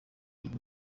ibi